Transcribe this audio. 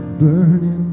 burning